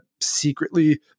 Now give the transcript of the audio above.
secretly